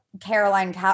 Caroline